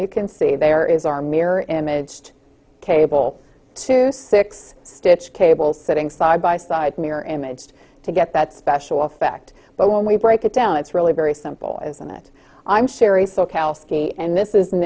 you can see there is our mirror image cable to six stitch cables sitting side by side mirror image just to get that special effect but when we break it down it's really very simple isn't it i'm sorry so cal ski and this isn't